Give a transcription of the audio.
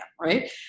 right